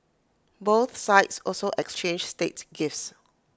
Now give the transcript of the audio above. both sides also exchanged state gifts